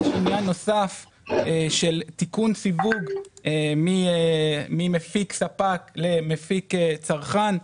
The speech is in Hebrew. יש ענין של תיקון סיווג ממפיק-ספק למפיק- צרכן,